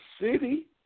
city